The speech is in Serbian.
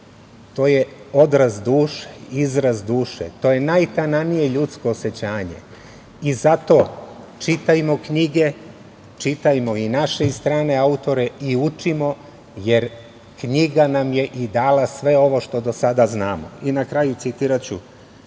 To je odraz duše, izraz duše. To je najtananije ljudsko osećanje. Zato, čitajmo knjige, čitajmo i naše i strane autore i učimo, jer knjiga nam je i dala sve ovo što do sada znamo. Na kraju, citiraću